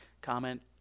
comment